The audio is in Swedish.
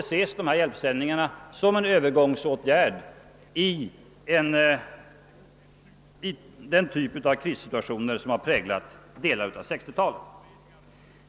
Nej, hjälpsändningarna måste ses som en övergångsåtgärd för den typ av krissituationer som har präglat delar av 1960-talet.